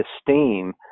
esteem